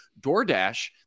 DoorDash